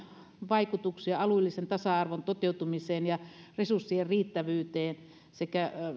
vaikutuksia alueellisen tasa arvon toteutumiseen ja resurssien riittävyyteen